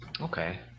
Okay